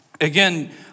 again